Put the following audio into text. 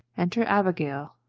enter abigail.